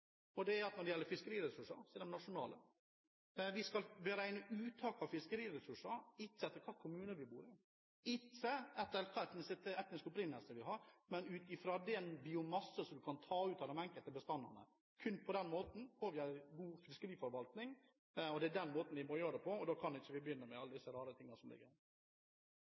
Når det gjelder fiskeriressurser, er de nasjonale. Vi skal beregne uttak av fiskeriressurser ikke ut fra hvilken kommune man bor i, ikke ut fra hvilken etnisk opprinnelse man har, men ut fra den biomasse som man kan ta ut av de enkelte bestandene. Kun på den måten får vi en god fiskeriforvaltning. Det er den måten vi må gjøre det på, og da kan vi ikke begynne med alle disse rare